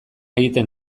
egiten